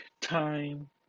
time